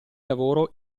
lavoro